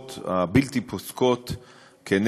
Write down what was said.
שלח, 20 בעד החוק, 36